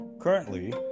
Currently